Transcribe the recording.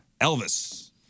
Elvis